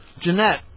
Jeanette